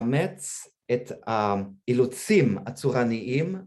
‫לאמץ את האילוצים הצורניים.